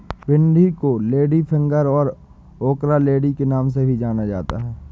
भिन्डी को लेडीफिंगर और ओकरालेडी के नाम से भी जाना जाता है